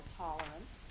tolerance